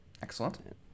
Excellent